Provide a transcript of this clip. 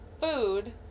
food